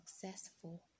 successful